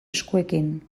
eskuekin